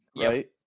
right